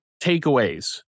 takeaways